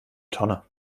tonne